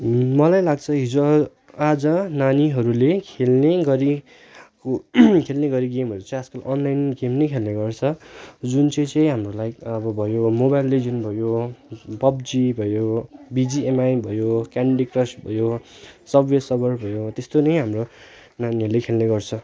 मलाई लाग्छ हिजोआज नानीहरूले खेल्ने गरे खेल्ने गरेको गेमहरू चाहिँ आजकल अनलाइन गेम नै खेल्ने गर्छ जुन चाहिँ चाहिँ हाम्रो लाइक अब भयो मोबाइल लिजेन्ड भयो पब्जी भयो बिजिएमआई भयो क्यानडी क्रस भयो सबवे सर्फर्स भयो त्यस्तो नै हाम्रो नानीहरूले खेल्ने गर्छ